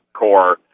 core